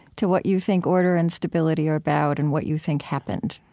to what you think order and stability are about and what you think happened,